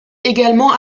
également